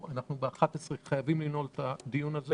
אנחנו חייבים לנעול את הדיון ב-11:00.